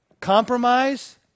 Compromise